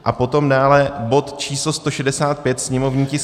A potom dále bod číslo 165, sněmovní tisk